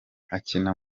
akina